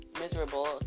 miserable